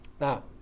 now